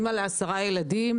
אימא ל-10 ילדים,